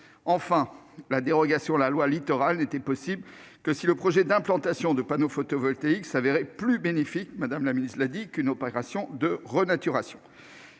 Enfin, la dérogation à la loi Littoral n'était possible que si le projet d'implantation de panneaux photovoltaïques s'avérait plus bénéfique qu'une opération de renaturation,